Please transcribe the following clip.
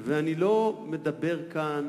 אני לא מדבר כאן